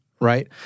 right